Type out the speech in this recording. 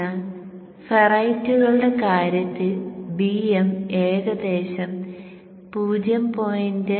അതിനാൽ ഫെറൈറ്റുകളുടെ കാര്യത്തിൽ Bm ഏദേശം 0